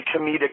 comedic